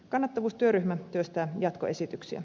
kannattavuustyöryhmä työstää jatkoesityksiä